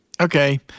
Okay